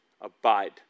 abide